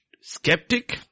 skeptic